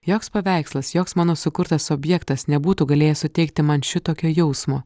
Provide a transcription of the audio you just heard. joks paveikslas joks mano sukurtas objektas nebūtų galėjęs suteikti man šitokio jausmo